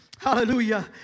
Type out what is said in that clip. Hallelujah